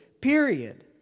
period